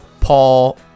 Paul